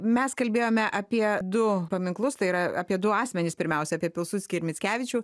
mes kalbėjome apie du paminklus tai yra apie du asmenis pirmiausia apie pilsudskį ir mickevičių